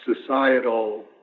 societal